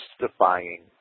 justifying